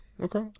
Okay